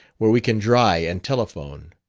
where we can dry and telephone.